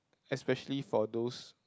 especially for those